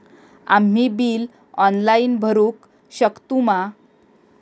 आम्ही bill online भरुक शकतू मा?